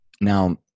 Now